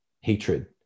hatred